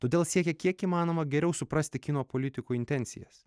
todėl siekia kiek įmanoma geriau suprasti kinų politikų intencijas